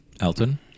Elton